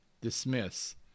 dismiss